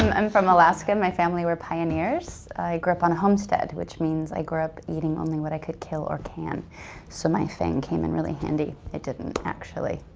i'm from alaska. my family were pioneers. i grew up on a homestead which means i grew up eating only what i could kill or can so my fang came in really handy. it didn't actually.